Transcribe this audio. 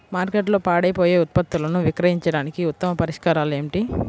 మార్కెట్లో పాడైపోయే ఉత్పత్తులను విక్రయించడానికి ఉత్తమ పరిష్కారాలు ఏమిటి?